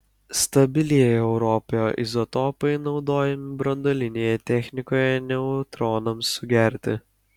stabilieji europio izotopai naudojami branduolinėje technikoje neutronams sugerti